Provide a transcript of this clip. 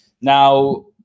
Now